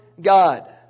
God